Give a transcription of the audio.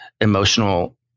emotional